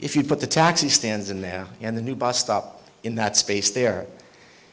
if you put the taxi stands in there and the new bus stop in that space there